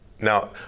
Now